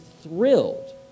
thrilled